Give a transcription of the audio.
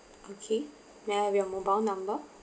okay may I have your mobile number